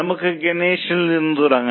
നമുക്ക് ഗണേഷ്ൽ നിന്ന് തുടങ്ങാം